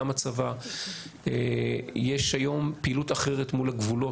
גם הצבא יש היום פעילות אחרת מול הגבולות,